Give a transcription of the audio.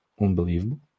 unbelievable